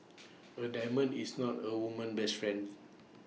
A diamond is not A woman's best friend